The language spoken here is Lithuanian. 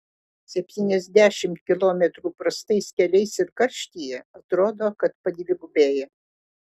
septyniasdešimt kilometrų prastais keliais ir karštyje atrodo kad padvigubėja